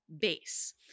base